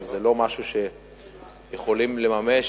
אבל זה לא משהו שיכולים לממש